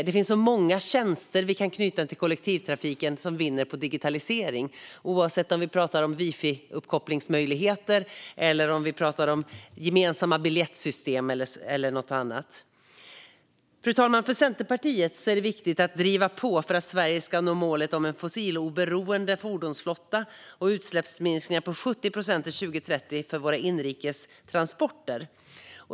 Det finns många tjänster som vi kan knyta till kollektivtrafiken som vinner på digitalisering, oavsett om det är wifi-uppkopplingsmöjligheter, gemensamma biljettsystem eller något annat. Fru talman! För Centerpartiet är det viktigt att driva på för att Sverige ska nå målet om en fossiloberoende fordonsflotta och utsläppsminskningar på 70 procent till 2030 för våra inrikes transporter.